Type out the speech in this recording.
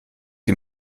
die